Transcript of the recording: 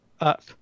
up